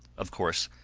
of course,